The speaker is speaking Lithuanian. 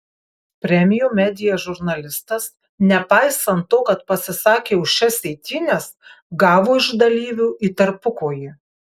premium media žurnalistas nepaisant to kad pasisakė už šias eitynes gavo iš dalyvių į tarpukojį